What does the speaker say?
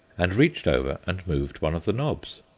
and reached over and moved one of the knobs.